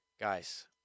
Guys